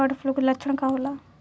Bird flu के लक्षण का होला?